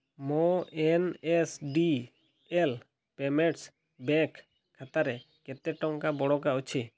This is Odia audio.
ମୋ N S D L payments bank ଖାତାରେ କେତେ ଟଙ୍କା ବଳକା ଅଛି